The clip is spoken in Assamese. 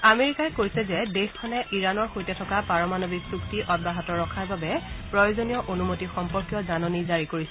আমেৰিকাই কৈছে যে দেশখনে ইৰাণৰ সৈতে থকা পাৰমাণৱিক চুক্তি অব্যাহত ৰখাৰ বাবে প্ৰয়োজনীয় অনুমতি সম্পৰ্কীয় জাননী জাৰি কৰিছে